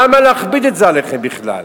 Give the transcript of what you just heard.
למה להכביד את זה עליכם בכלל?